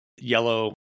yellow